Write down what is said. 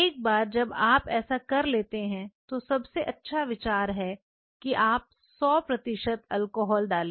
एक बार जब आप ऐसा कर लेते हैं तो सबसे अच्छा विचार है कि आप 100 प्रतिशत अल्कोहल डालें